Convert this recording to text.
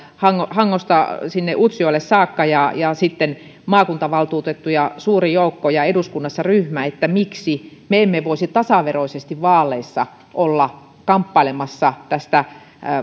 hangosta utsjoelle saakka ja ja maakuntavaltuutettuja suuri joukko ja eduskunnassa ryhmä miksi me emme voisi tasaveroisesti vaaleissa olla kamppailemassa tästä